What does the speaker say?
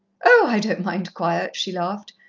oh, i don't mind quiet, she laughed,